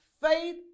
faith